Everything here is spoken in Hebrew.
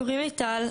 קוראים לי טל,